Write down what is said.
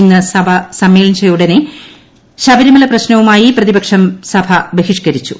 ഇന്നും സഭ സമ്മേളിച്ചയുടനെ ശബരിമല പ്രശ്നവുമായി പ്രതിപക്ഷം സഭ ബഹിഷ്കരിച്ചു